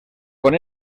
con